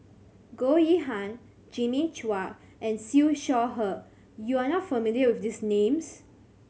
Goh Yihan Jimmy Chua and Siew Shaw Her you are not familiar with these names